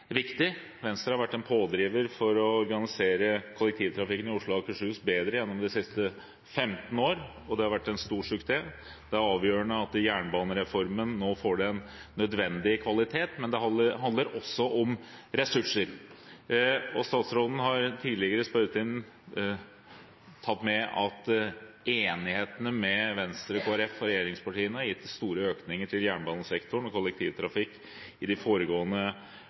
Akershus bedre gjennom de siste 15 årene, og det har vært en stor suksess. Det er avgjørende at jernbanereformen nå får den nødvendige kvalitet, men det handler også om ressurser. Statsråden har tidligere i en spørretime uttalt at enigheten mellom Venstre, Kristelig Folkeparti og regjeringspartiene har gitt store økninger til jernbanesektoren og kollektivtrafikken i de foregående